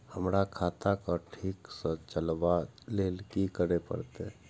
हमरा खाता क ठीक स चलबाक लेल की करे परतै